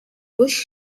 bush